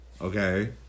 Okay